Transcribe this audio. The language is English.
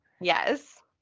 Yes